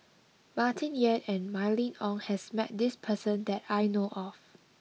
Martin Yan and Mylene Ong has met this person that I know of